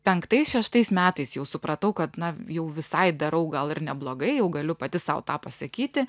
penktais šeštais metais jau supratau kad na jau visai darau gal ir neblogai jau galiu pati sau tą pasakyti